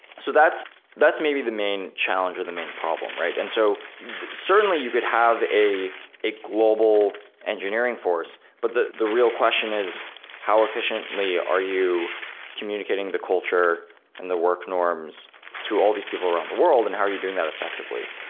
so that's that's maybe the main challenge or the main problem, right? and so certainly, you could have a a global engineering force. but the the real question is how efficiently are you communicating the culture and the work norms to all these people around the world? and how are you doing that effectively?